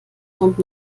kommt